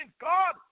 God